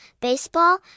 baseball